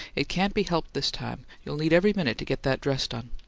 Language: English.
it can't be helped this time you'll need every minute to get that dress done.